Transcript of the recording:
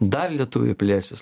dar lietuviai plėsis